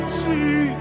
see